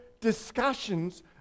discussions